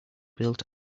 built